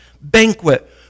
banquet